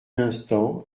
instant